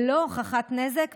בלי הוכחת נזק,